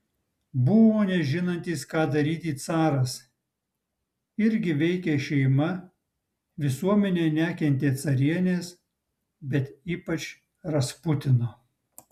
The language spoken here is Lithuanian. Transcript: buvo nežinantis ką daryti caras irgi veikė šeima visuomenė nekentė carienės bet ypač rasputino